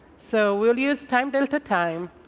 so we'll use time delta time